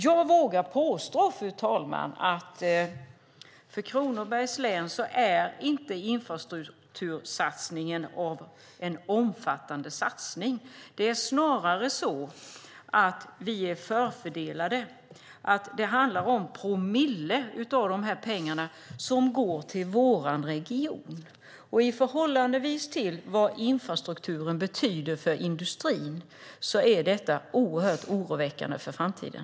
Jag vågar påstå, fru talman, att denna infrastruktursatsning inte är någon omfattande satsning för Kronobergs län. Det är snarare så att vi är förfördelade. Det är promille av de här pengarna som går till vår region. Med tanke på vad infrastrukturen betyder för industrin är detta oerhört oroväckande inför framtiden.